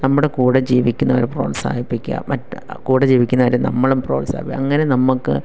നമ്മുടെ കൂടെ ജീവിക്കുന്നവരെ പ്രോത്സാഹിപ്പിക്കുക മറ്റ് കൂടെ ജീവിക്കുന്നവരെ നമ്മളും പ്രോത്സാഹിപ്പിക്കുക അങ്ങനെ നമുക്ക്